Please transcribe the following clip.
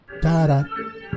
Da-da